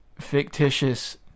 fictitious